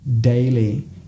daily